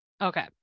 Okay